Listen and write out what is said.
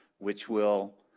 which will